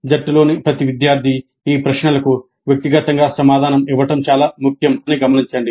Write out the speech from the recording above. జట్టులోని ప్రతి విద్యార్థి ఈ ప్రశ్నలకు వ్యక్తిగతంగా సమాధానం ఇవ్వడం చాలా ముఖ్యం అని గమనించండి